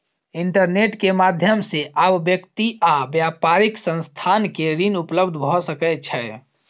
internet के माध्यम से आब व्यक्ति आ व्यापारिक संस्थान के ऋण उपलब्ध भ सकै छै